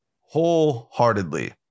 wholeheartedly